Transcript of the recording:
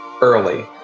early